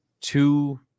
two